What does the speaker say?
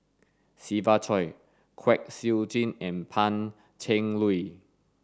Siva Choy Kwek Siew Jin and Pan Cheng Lui